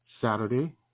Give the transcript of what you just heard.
Saturday